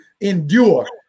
endure